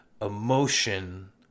emotion